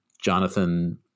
Jonathan